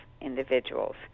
individuals